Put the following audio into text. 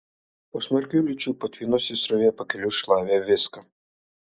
po smarkių liūčių patvinusi srovė pakeliui šlavė viską